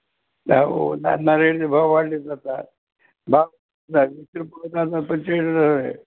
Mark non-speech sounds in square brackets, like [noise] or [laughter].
[unintelligible] भाव वाढले आहेत आता भाव [unintelligible]